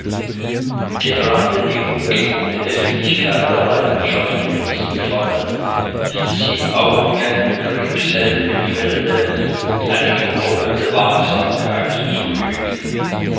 gerade die ungewohnte heftigkeit der leidenschaft die lys befallen hieß ihn auch wie einen kriegshelden im felde eine verdoppelte wachsamkeit üben